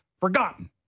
forgotten